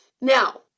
Now